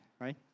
right